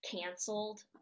canceled